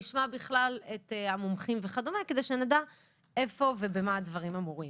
נשמע את המומחים כדי שנדע איפה ובמה הדברים אמורים.